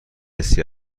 حسی